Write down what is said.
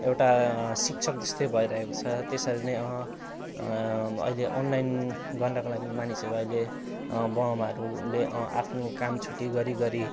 एउटा शिक्षक जस्तै भइरहेको छ त्यसरी नै अहिले अनलाइन गर्नाका लागि मानिसहरू अहिले बाउ आमाहरूले आफ्नो काम छुट्टी गरी गरी